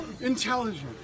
Intelligent